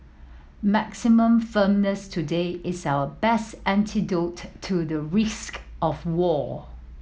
maximum firmness today is our best antidote to the risk of war